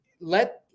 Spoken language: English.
let